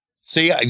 See